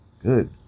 Good